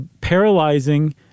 paralyzing